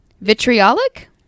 vitriolic